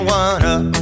one-up